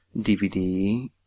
DVD